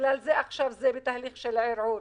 בגלל זה עכשיו זה נמצא בתהליך של ערעור.